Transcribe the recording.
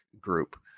group